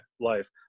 life